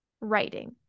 writing